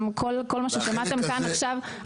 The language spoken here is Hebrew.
גם כל מה ששמעתם כאן עכשיו,